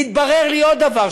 והתברר לי עוד דבר,